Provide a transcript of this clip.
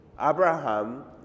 Abraham